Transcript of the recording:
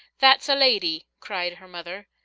that's a lady cried her mother.